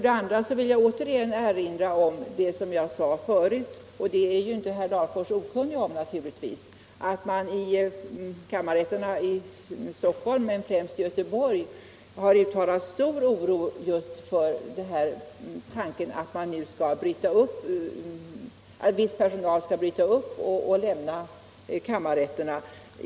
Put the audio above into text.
Dessutom vill jag åter erinra om att man — något som herr Larfors naturligtvis inte är okunnig om — i kammarrätten i Stockholm och framför allt i kammarrätten i Göteborg har uttalat stor oro inför tanken att viss personal måste bryta upp och lämna kammarrätterna.